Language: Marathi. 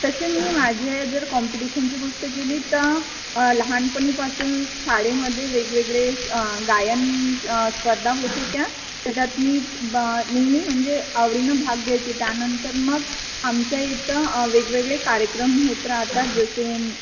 तसे मी माझे जर कॉम्पिटिशनची गोष्ट केली तर लहानपणीपासून शाळेमध्ये वेगवेगळे गायन स्पर्धा होत होत्या त्याच्यात मी ब नेहमी म्हणजे आवडीनं भाग घ्यायचे त्यानंतर मग आमच्या इथं वेगवेगळे कार्यक्रम होत राहतात जसे